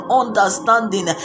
understanding